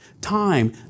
Time